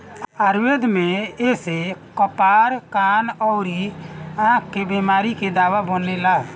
आयुर्वेद में एसे कपार, कान अउरी आंख के बेमारी के दवाई बनेला